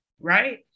right